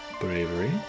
bravery